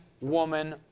woman